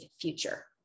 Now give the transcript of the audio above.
future